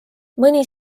mõni